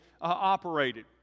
operated